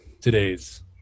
Today's